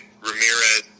Ramirez